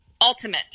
ultimate